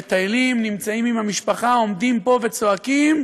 מטיילים, נמצאים עם המשפחה, עומדים פה וצועקים,